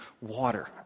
water